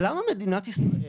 למה מדינת ישראל,